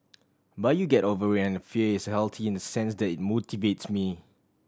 but you get over it and the fear is healthy in the sense that it motivates me